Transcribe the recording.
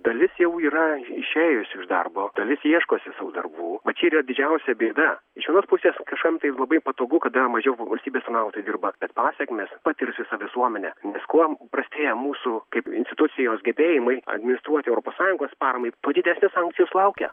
dalis jau yra išėjusių iš darbo dalis ieškosi sau darbų va čia yra didžiausia bėda iš vienos pusės kažkam tai labai patogu kada mažiau valstybės tarnautojų dirba bet pasekmes patirs visa visuomenė nes kuom prastėja mūsų kaip institucijos gebėjimai administruoti europos sąjungos paramai tuo didesnės sankcijos laukia